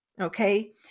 Okay